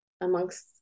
amongst